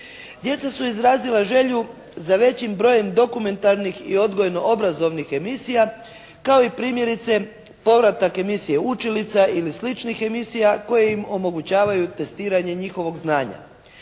Djeca su izrazila želju za većim brojem dokumentarnih i odgojno-obrazovnih emisija kao i primjerice povratak emisije "Učilica" ili sličnih emisija koje im omogućavaju testiranje njihovog znanja.